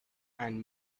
and